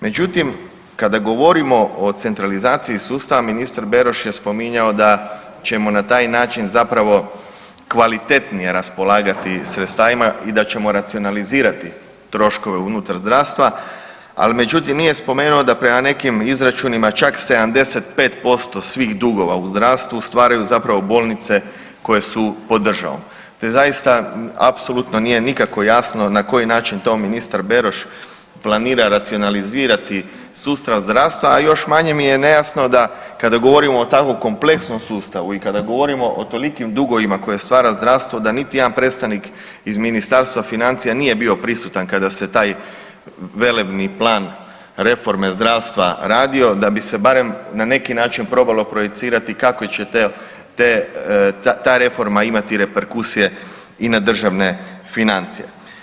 Međutim, kada govorimo o centralizaciji sustava ministar Beroš je spominjao da ćemo na taj način zapravo kvalitetnije raspolagati sredstvima i da ćemo racionalizirati troškove unutar zdravstva, al međutim nije spomenuo da prema nekim izračunima čak 75% svih dugova u zdravstvu stvaraju zapravo bolnice koje su pod državom, te zaista apsolutno nije nikako jasno na koji način to ministar Beroš planira racionalizirati sustav zdravstva, a još manje mi je nejasno da kada govorimo o tako kompleksnom sustavu i kada govorimo o tolikim dugovima koje stvara zdravstvo da niti jedan predstavnik iz Ministarstva financija nije bio prisutan kada se taj velebni plan reforme zdravstva radio da bi se barem na neki način probalo projicirati kakve će ta reforma imati reperkusije i na državne financije.